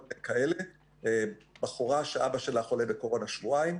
מבחורה שאבא שלה חולה בקורונה שבועיים,